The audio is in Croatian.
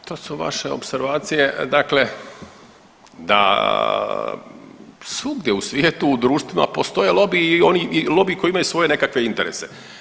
A to su vaše opservacije, dakle da svugdje u svijetu u društvima postoje lobiji, lobiji koji imaju nekakve svoje nekakve interese.